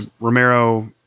Romero